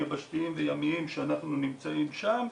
יבשתיים וימיים שאנחנו נמצאים שם.